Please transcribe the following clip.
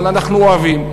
אבל אנחנו אוהבים.